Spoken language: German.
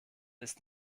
ist